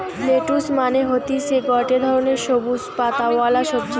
lettuce মানে হতিছে গটে ধরণের সবুজ পাতাওয়ালা সবজি